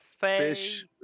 Fish